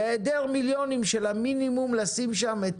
והיעדר מיליונים של המינימום לשים שם את